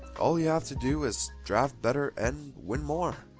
all you have to do is draft better and win more.